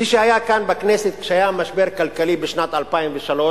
מי שהיה כאן בכנסת כשהיה המשבר הכלכלי בשנת 2003,